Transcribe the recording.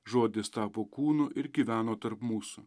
žodis tapo kūnu ir gyveno tarp mūsų